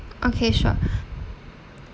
okay sure